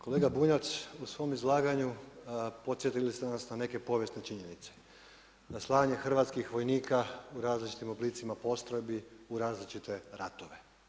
Kolega Bunjac, u svom izlaganju podsjetili ste nas na neke povijesne činjenice, na slanje hrvatskih vojnika u različitim oblicima postrojbi, u različite ratove.